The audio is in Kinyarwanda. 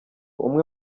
umwe